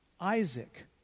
Isaac